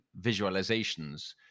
visualizations